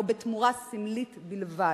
או בתמורה סמלית בלבד.